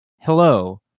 hello